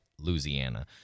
louisiana